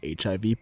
HIV